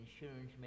insurance